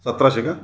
सतराशे का